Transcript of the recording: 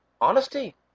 honesty